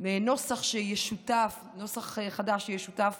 לנוסח חדש שישותף